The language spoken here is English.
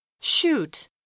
Shoot